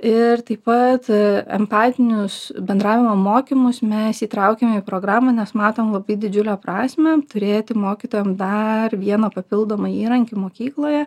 ir taip pat empatinius bendravimo mokymus mes įtraukiame į programą nes matom labai didžiulę prasmę turėti mokytojam dar vieną papildomą įrankį mokykloje